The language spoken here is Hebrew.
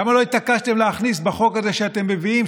למה לא התעקשתם להכניס בחוק הזה שאתם מביאים,